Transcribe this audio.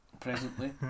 presently